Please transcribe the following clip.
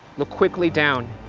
look quickly down,